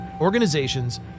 organizations